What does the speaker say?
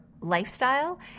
lifestyle